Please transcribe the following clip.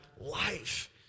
life